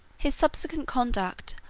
his subsequent conduct,